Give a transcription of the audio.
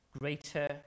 greater